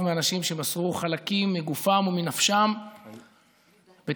מאנשים שמסרו חלקים מגופם ומנפשם בצניעות,